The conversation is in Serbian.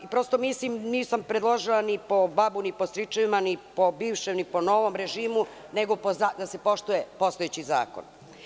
Mislim, nisam predložila ni po babu, ni po stričevima, ni po bivšem, ni po novom režimu, nego da se poštuje postojeći zakon.